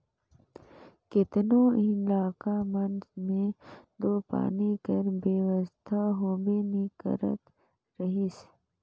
केतनो इलाका मन मे दो पानी कर बेवस्था होबे नी करत रहिस